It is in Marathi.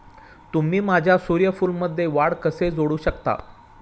तुम्ही माझ्या सूर्यफूलमध्ये वाढ कसे जोडू शकता?